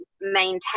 maintain